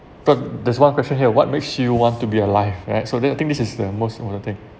but there's one question here what makes you want to be alive right so there I think this is the most important thing